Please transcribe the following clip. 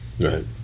Right